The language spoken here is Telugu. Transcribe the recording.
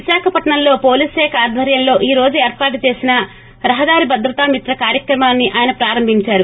విశాఖపట్నంలో పోలీస్ శాఖ ఆధ్వర్యంలో ఈ రోజు ఏర్పాటు చేసిన రహదారి భద్రతా మిత్ర కార్యక్రమాన్ని ఆయన ప్రారంభిందారు